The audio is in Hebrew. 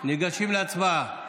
ניגשים להצבעה.